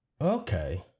okay